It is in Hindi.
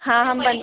हाँ हम बन